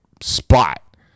spot